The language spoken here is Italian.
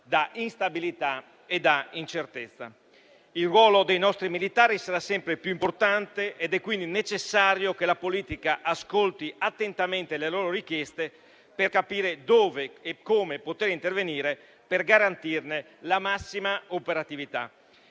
da instabilità e incertezza. Il ruolo dei nostri militari sarà sempre più importante ed è quindi necessario che la politica ascolti attentamente le loro richieste per capire dove e come poter intervenire per garantirne la massima operatività.